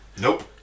nope